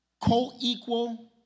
co-equal